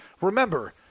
Remember